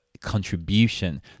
contribution